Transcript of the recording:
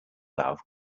dove